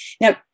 Now